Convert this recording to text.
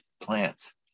plants